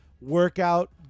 workout